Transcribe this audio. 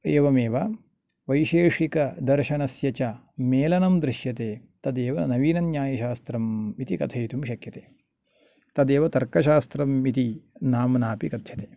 एवमेव वैशेषिकदर्शनस्य च मेलनं दृश्यते तदेव नवीनन्यायशास्त्रं इति कथयितुं शक्यते तदेव तर्कशास्त्रं इति नाम्ना अपि कथ्यते